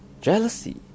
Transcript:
jealousy